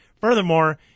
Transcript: Furthermore